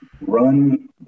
run